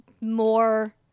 more